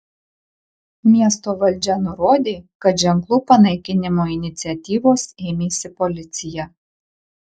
miesto valdžia nurodė kad ženklų panaikinimo iniciatyvos ėmėsi policija